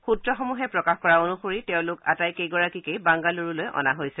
সূত্ৰসমূহে প্ৰকাশ কৰা অনুসৰি তেওঁলোক আটাইকেইগৰাকীকে বাংগালুৰুলৈ অনা হৈছে